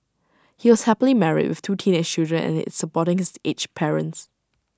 he was happily married with two teenage children and he is supporting his aged parents